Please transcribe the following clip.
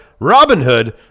Robinhood